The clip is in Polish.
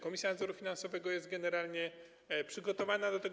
Komisja Nadzoru Finansowego jest generalnie przygotowana do tego.